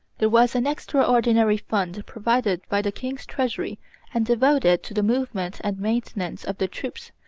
there was an extraordinary fund provided by the king's treasury and devoted to the movement and maintenance of the troops,